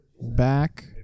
back